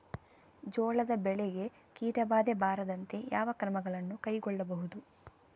ಜೋಳದ ಬೆಳೆಗೆ ಕೀಟಬಾಧೆ ಬಾರದಂತೆ ಯಾವ ಕ್ರಮಗಳನ್ನು ಕೈಗೊಳ್ಳಬಹುದು?